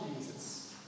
Jesus